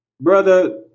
Brother